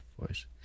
voice